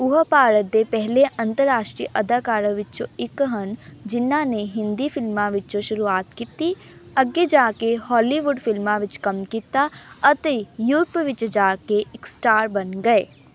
ਉਹ ਭਾਰਤ ਦੇ ਪਹਿਲੇ ਅੰਤਰਰਾਸ਼ਟਰੀ ਅਦਾਕਾਰਾਂ ਵਿੱਚੋਂ ਇੱਕ ਹਨ ਜਿਨ੍ਹਾਂ ਨੇ ਹਿੰਦੀ ਫਿਲਮਾਂ ਵਿੱਚੋਂ ਸ਼ੁਰੂਆਤ ਕੀਤੀ ਅੱਗੇ ਜਾ ਕੇ ਹਾਲੀਵੁੱਡ ਫਿਲਮਾਂ ਵਿੱਚ ਕੰਮ ਕੀਤਾ ਅਤੇ ਯੂਰਪ ਵਿੱਚ ਜਾ ਕੇ ਇੱਕ ਸਟਾਰ ਬਣ ਗਏ